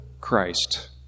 Christ